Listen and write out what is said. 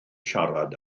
siarad